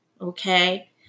Okay